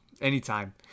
Anytime